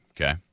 Okay